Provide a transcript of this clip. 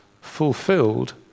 fulfilled